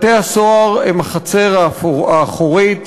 בתי-הסוהר הם החצר האחורית